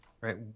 right